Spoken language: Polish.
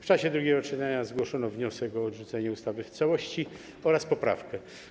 W czasie drugiego czytania zgłoszono wniosek o odrzucenie ustawy w całości oraz poprawkę.